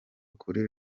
kuri